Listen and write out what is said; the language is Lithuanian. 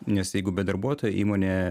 nes jeigu be darbuotojo įmonė